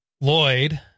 Lloyd